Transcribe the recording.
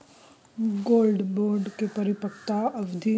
Gold bond के परिपक्वता अवधि?